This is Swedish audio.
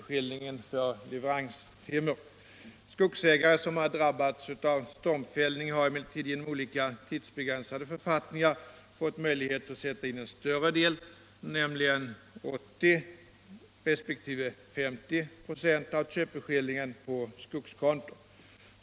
Skogs — Nr 25 ägare som har drabbats av stormfällning har emellertid genom olika tids Torsdagen den begränsade författningar fått möjlighet att sätta in en större del, nämligen 11 november 1976 80 96 resp. 50 96, av köpeskillingen på skogskonto.